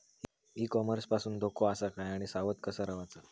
E commerce पासून धोको आसा काय आणि सावध कसा रवाचा?